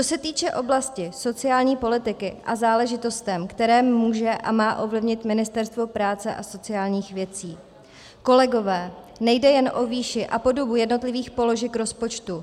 Co se týče oblasti sociální politiky a záležitostí, které může a má ovlivnit Ministerstvo práce a sociálních věcí, kolegové, nejde jen o výši a podobu jednotlivých položek rozpočtu.